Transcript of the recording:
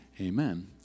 amen